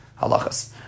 halachas